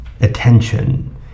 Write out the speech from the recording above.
attention